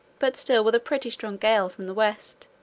but still with a pretty strong gale from the west.